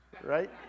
Right